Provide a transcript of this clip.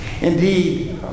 Indeed